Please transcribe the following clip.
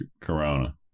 corona